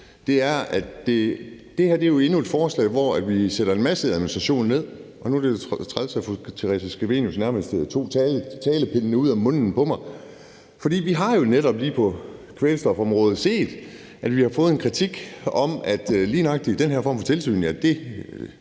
at det er endnu et forslag, hvor vi laver en masse administration. Det er træls, at fru Theresa Scavenius nærmest tog ordene ud af munden på mig. For vi har lige set på kvælstofområdet, at vi har fået en kritik om, at lige nøjagtig den her form for tilsyn